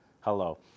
Hello